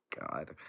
God